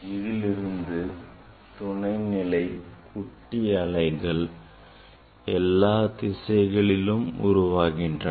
இதிலிருந்து துணைநிலை குட்டி அலைகள் எல்லாத் திசைகளிலும் உருவாகின்றன